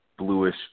bluish